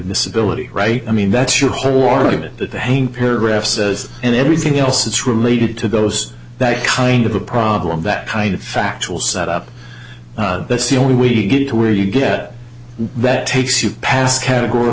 disability right i mean that's your whole warren it hang paragraph says and everything else it's related to those that kind of a problem that kind of factual set up that's the only way to get to where you get that takes you past categor